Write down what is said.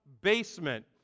basement